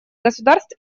государств